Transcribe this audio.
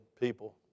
people